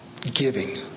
giving